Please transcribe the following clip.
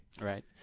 Right